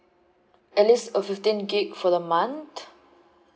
at least uh fifteen gig for the month